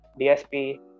DSP